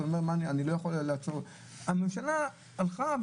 הממשלה הלכה,